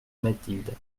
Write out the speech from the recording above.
mathilde